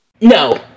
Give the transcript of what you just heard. No